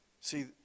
See